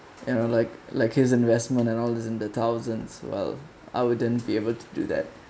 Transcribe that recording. you know like like his investment and all is in the thousands well I wouldn't be able to do that